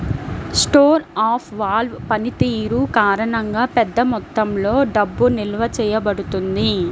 store of value పనితీరు కారణంగా, పెద్ద మొత్తంలో డబ్బు నిల్వ చేయబడుతుంది